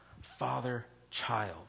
father-child